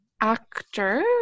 actor